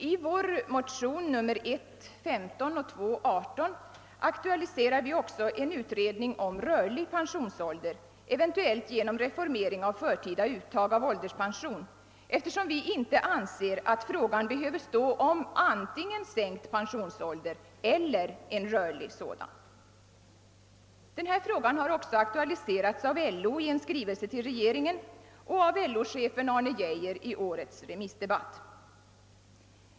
I vårt motionspar I: 15 och II: 18 aktualiserar vi också en utredning om rörlig pensionsålder, eventuellt genom reformering av förtida uttag av ålderspension, eftersom vi inte anser att frågan behöver stå om antingen sänkt pensionsålder eller en rörlig sådan. Denna fråga har också aktualiserats av LO i en skrivelse till regeringen och av LO-chefen Arne Geijer i årets remissdebatt.